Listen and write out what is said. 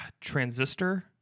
Transistor